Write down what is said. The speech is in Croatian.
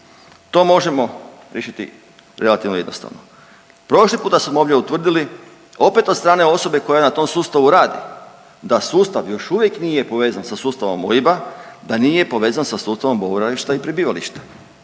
To možemo riješiti relativno jednostavno. Prošli puta smo ovdje utvrdili, opet od strane osobe koja na tom sustavu radi, da sustav još uvijek nije povezan sa sustavom OIB-a, da nije povezan sa sustavom boravišta i prebivališta.